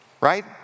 right